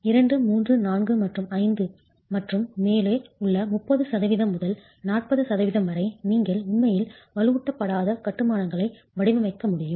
II III IV மற்றும் V மற்றும் மேலே உள்ள 30 சதவிகிதம் முதல் 40 சதவிகிதம் வரை நீங்கள் உண்மையில் வலுவூட்டப்படாத கட்டுமானம்களை வடிவமைக்க முடியும்